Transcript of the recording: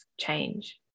change